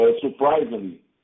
surprisingly